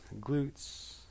glutes